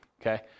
okay